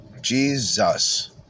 Jesus